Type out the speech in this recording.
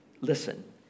listen